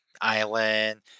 island